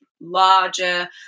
larger